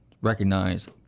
recognize